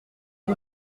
dit